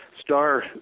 Star